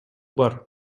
бар